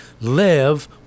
live